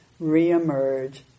reemerge